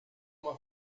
uma